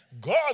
God